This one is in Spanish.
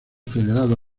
federado